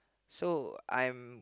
so I'm